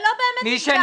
שלא באמת הגדרתם.